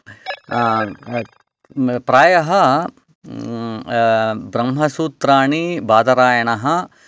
प्रायः ब्रह्मसूत्राणि बादरायणः